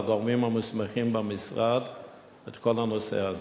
לגורמים המוסמכים במשרד את כל הנושא הזה.